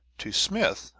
to smith,